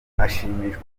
ashimishwa